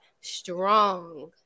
strong